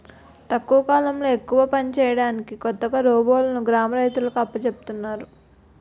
తక్కువ కాలంలో ఎక్కువ పని చేయడానికి కొత్తగా రోబోలును గ్రామ రైతులకు అప్పజెపుతున్నారు